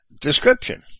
description